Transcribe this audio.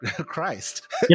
christ